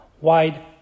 wide